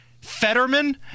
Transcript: fetterman